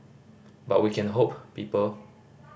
but we can hope people